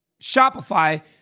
Shopify